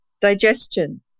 digestion